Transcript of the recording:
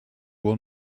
will